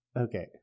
okay